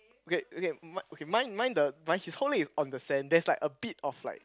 okay okay my mine mine the his whole leg is on the sand there's like a bit of like